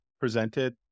presented